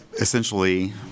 essentially